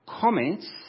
Comments